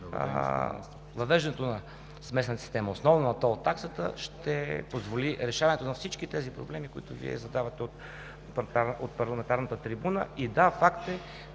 въвеждането на смесената система – основно на тол таксата, ще позволи решаването на всички тези проблеми, които Вие задавате от парламентарната трибуна. И да, факт е,